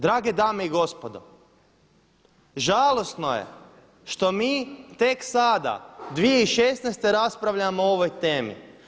Drage dame i gospodo, žalosno je što mi tek sada 2016. raspravljamo o ovoj temi.